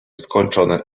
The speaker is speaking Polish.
skończone